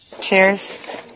Cheers